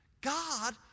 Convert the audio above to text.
God